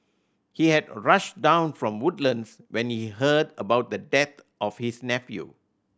he had rushed down from Woodlands when he heard about the death of his nephew